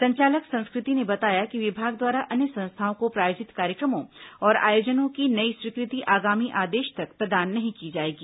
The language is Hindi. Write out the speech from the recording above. संचालक संस्कृति ने बताया कि विभाग द्वारा अन्य संस्थाओं को प्रायोजित कार्यक्रमों और आयोजनों की नई स्वीकृति आगामी आदेश तक प्रदान नहीं की जाएगी